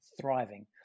thriving